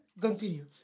continue